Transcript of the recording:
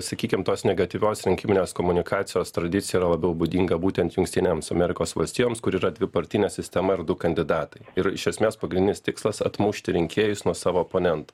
sakykim tos negatyvios rinkiminės komunikacijos tradicija yra labiau būdinga būtent jungtinėms amerikos valstijoms kur yra dvipartinė sistema ir du kandidatai ir iš esmės pagrindinis tikslas atmušti rinkėjus nuo savo oponento